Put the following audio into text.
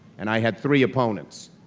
and i had three opponents.